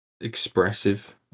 expressive